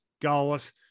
goalless